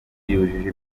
yujuje